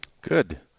Good